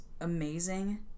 amazing